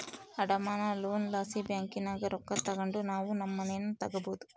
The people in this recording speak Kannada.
ಅಡಮಾನ ಲೋನ್ ಲಾಸಿ ಬ್ಯಾಂಕಿನಾಗ ರೊಕ್ಕ ತಗಂಡು ನಾವು ನಮ್ ಮನೇನ ತಗಬೋದು